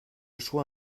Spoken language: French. choix